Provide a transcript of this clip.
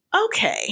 okay